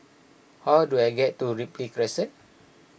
how do I get to Ripley Crescent